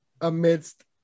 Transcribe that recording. amidst